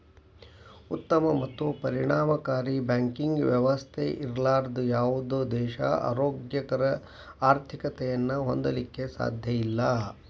ಉತ್ತಮ ಮತ್ತು ಪರಿಣಾಮಕಾರಿ ಬ್ಯಾಂಕಿಂಗ್ ವ್ಯವಸ್ಥೆ ಇರ್ಲಾರ್ದ ಯಾವುದ ದೇಶಾ ಆರೋಗ್ಯಕರ ಆರ್ಥಿಕತೆಯನ್ನ ಹೊಂದಲಿಕ್ಕೆ ಸಾಧ್ಯಇಲ್ಲಾ